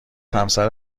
همسر